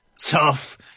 tough